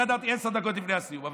קטעת אותי עשר שניות לפני הסיום,